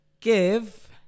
give